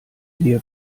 nähe